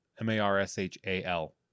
m-a-r-s-h-a-l